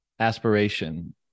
aspiration